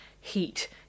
Heat